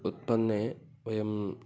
उत्पन्ने वयम्